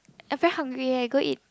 I very hungry eh go eat